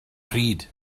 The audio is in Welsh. pryd